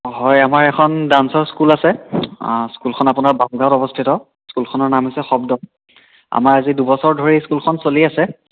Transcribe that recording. হয় আমাৰ এখন ডাঞ্চৰ স্কুল আছে স্কুলখন আপোনাৰ বামগাঁৱত অৱস্থিত স্কুলখনৰ নাম হৈছে শব্দম আমাৰ আজি দুবছৰ ধৰি স্কুলখন চলি আছে